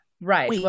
Right